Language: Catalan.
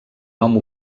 nom